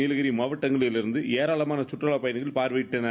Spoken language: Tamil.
நீலகிரி மாவட்டங்களில் இருந்து ஏராளமான சுற்றுவாப் பயணிகள் பார்வையிட்டனர்